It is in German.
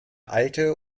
alte